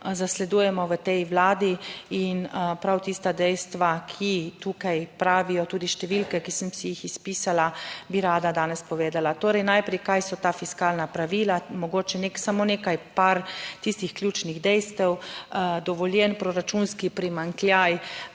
zasledujemo v tej Vladi. In prav tista dejstva, ki tukaj pravijo, tudi številke, ki sem si jih izpisala, bi rada danes povedala. Torej najprej kaj so ta fiskalna pravila, mogoče samo nekaj, par tistih ključnih dejstev. Dovoljen proračunski primanjkljaj